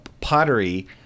pottery